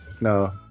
No